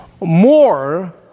more